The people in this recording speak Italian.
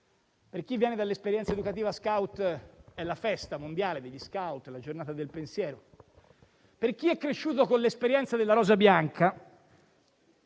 Per chi viene dall'esperienza educativa *scout* è la festa mondiale degli *scout,* la Giornata del pensiero; per chi è cresciuto con l'esperienza del movimento